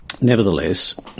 nevertheless